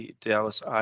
Dallas